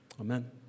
Amen